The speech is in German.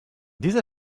dieser